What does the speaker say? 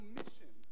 mission